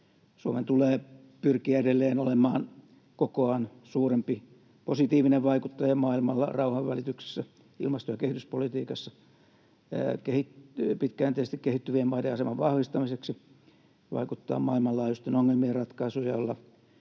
Suomen tulee pyrkiä edelleen olemaan kokoaan suurempi positiivinen vaikuttaja maailmalla rauhanvälityksessä, ilmasto- ja kehityspolitiikassa, pitkäjänteisesti kehittyvien maiden aseman vahvistamiseksi, vaikuttaa maailmanlaajuisten ongelmien ratkaisuun